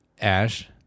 Ash